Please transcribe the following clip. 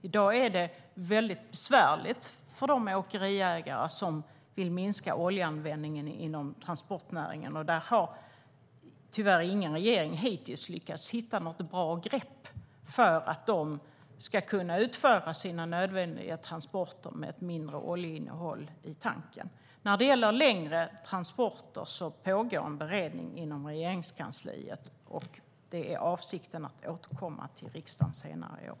I dag är det besvärligt för de åkeriägare som vill minska oljeanvändningen inom transportnäringen. Tyvärr har ingen regering hittills lyckats hitta något bra grepp för att de ska kunna utföra sina nödvändiga transporter med ett mindre oljeinnehåll i tanken. När det gäller längre transporter pågår en beredning inom Regeringskansliet. Avsikten är att återkomma till riksdagen senare i år.